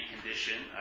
condition